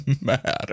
matter